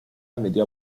admitió